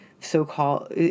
so-called